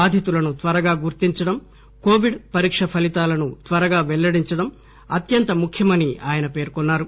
బాధితులను త్వరగా గుర్తించడం కోవిడ్ పరీక ఫలీతాలను త్వరగా పెల్లడించడం అత్యంత ముఖ్యమని ఆయన పేర్కొన్నారు